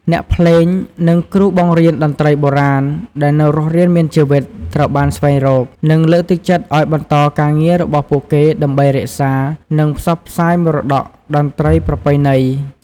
អ្នកភ្លេង និងគ្រូបង្រៀនតន្ត្រីបុរាណ ដែលនៅរស់រានមានជីវិត ត្រូវបានស្វែងរក និងលើកទឹកចិត្តឱ្យបន្តការងាររបស់ពួកគេ ដើម្បីរក្សា និងផ្សព្វផ្សាយមរតកតន្ត្រីប្រពៃណី។